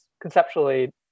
conceptually